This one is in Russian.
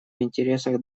интересах